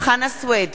חנא סוייד,